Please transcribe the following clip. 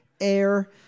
air